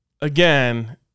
again